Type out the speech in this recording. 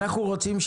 אנו רוצים,